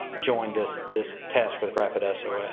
join this this test with rapidsos. so